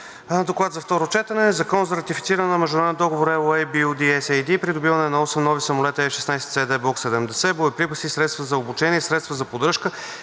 Доклад за второ четене: